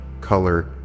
color